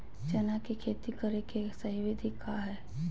चना के खेती करे के सही विधि की हय?